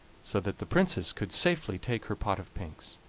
so that the princess could safely take her pot of pinks.